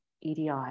EDI